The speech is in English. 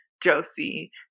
Josie